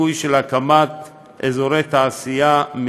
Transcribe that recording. סיכוי של הקמת אזורי תעשייה,